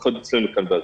לפחות אצלנו באשדוד.